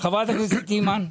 חברת הכנסת אימאן.